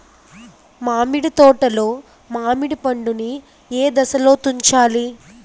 మామిడి తోటలో మామిడి పండు నీ ఏదశలో తుంచాలి?